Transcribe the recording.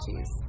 cheese